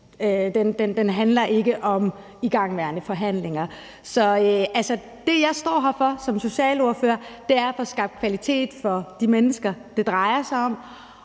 Den handler ikke om igangværende forhandlinger. Det, jeg som socialordfører står her for, er at få skabt kvalitet for de mennesker, det drejer sig om,